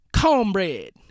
cornbread